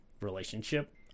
relationship